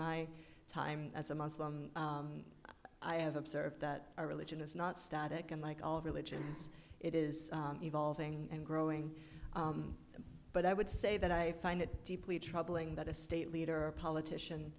my time as a muslim i have observed that our religion is not static and like all religions it is evolving and growing but i would say that i find it deeply troubling that a state leader or politician